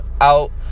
out